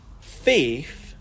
faith